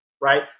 right